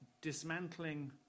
dismantling